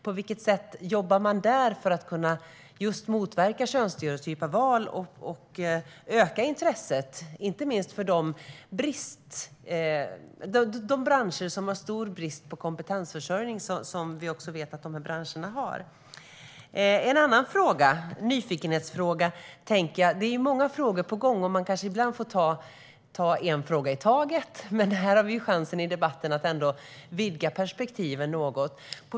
På vilket sätt jobbar man där för att motverka könsstereotypa val och öka intresset, inte minst för de branscher som har stor brist på kompetensförsörjning? Jag har en annan nyfikenhetsfråga. Det är många frågor på gång, och ibland får man kanske ta en fråga i taget. Men här i debatten har vi chans att vidga perspektivet något.